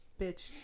bitch